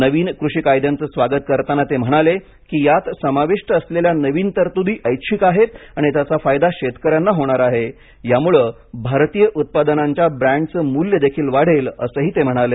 नवीन कृषी कायद्यांचे स्वागत करताना ते म्हणाले की यात समाविष्ट असलेल्या नवीन तरतुदी ऐच्छिक आहेत आणि त्याचा फायदा शेतकऱ्यांना होणार आहे यामुळे भारतीय उत्पादनांच्या ब्रँडचं मूल्यदेखील वाढेल असेही ते म्हणाले